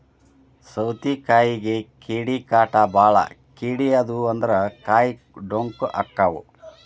ಸೌತಿಕಾಯಿಗೆ ಕೇಡಿಕಾಟ ಬಾಳ ಕೇಡಿ ಆದು ಅಂದ್ರ ಕಾಯಿ ಡೊಂಕ ಅಕಾವ್